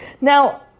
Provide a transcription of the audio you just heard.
Now